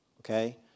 Okay